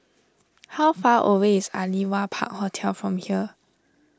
how far away is Aliwal Park Hotel from here